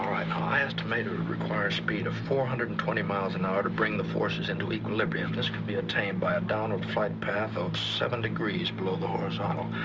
i estimate it would require a speed of four hundred and twenty miles and hour. to bring the forces into equilibrium. this could be attained by a downward flight path of seven degrees below the horizontal.